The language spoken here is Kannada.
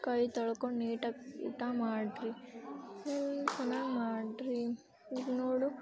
ಕೈ ತೊಳ್ಕೊಂಡು ನೀಟಾಗಿ ಊಟ ಮಾಡಿರಿ ಚೆನ್ನಾಗಿ ಮಾಡಿರಿ ಈಗ ನೋಡು